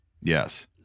Yes